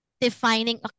defining